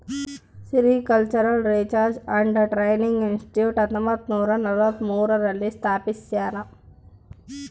sericultural research and training institute ಹತ್ತೊಂಬತ್ತುನೂರ ನಲವತ್ಮೂರು ರಲ್ಲಿ ಸ್ಥಾಪಿಸ್ಯಾರ